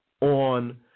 on